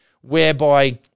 whereby